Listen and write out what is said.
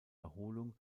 erholung